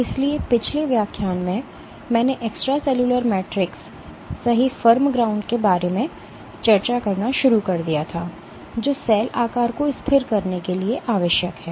इसलिए पिछले व्याख्यान में मैंने एक्स्ट्रासेल्युलर मैट्रिक्स सही फर्म ग्राउंड के बारे में चर्चा करना शुरू कर दिया जो सेल आकार को स्थिर करने के लिए आवश्यक है